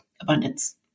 abundance